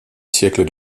siècle